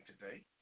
today